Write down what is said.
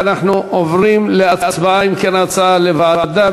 יושב-ראש הוועדה,